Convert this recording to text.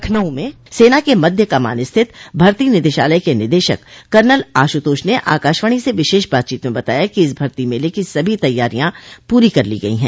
लखनऊ में सेना के मध्य कमान स्थित भर्ती निदेशालय के निदेशक कर्नल आश्रतोष ने आकाशवाणी से विशेष बातचीत में बताया कि इस भर्ती मेले की सभी तैयाँरियां पूरी कर ली गयी हैं